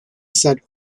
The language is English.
said